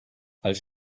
als